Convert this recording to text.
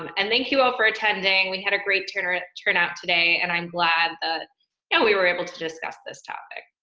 um and thank you all for attending. we had a great turnout turnout today, and i'm glad that yeah we were able to discuss this topic.